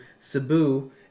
Cebu